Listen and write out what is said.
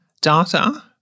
data